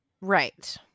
right